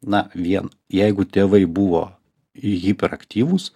na vien jeigu tėvai buvo hiperaktyvūs